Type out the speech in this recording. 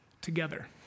together